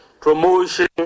promotion